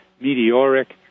meteoric